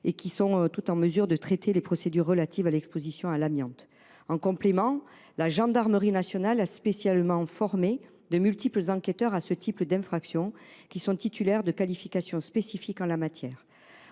qui sont tous en mesure de traiter des procédures relatives à l’exposition à l’amiante. En complément, la gendarmerie nationale a spécialement formé de multiples enquêteurs, titulaires de qualifications spécifiques, au sein